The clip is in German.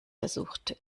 versuchte